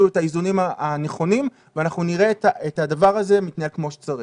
את האיזונים הנכונים ואנחנו נראה את הדבר הזה מתנהל כפי שצריך,